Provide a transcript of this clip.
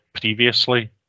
previously